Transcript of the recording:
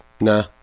nah